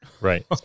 Right